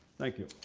thank you.